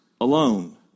alone